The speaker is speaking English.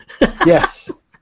Yes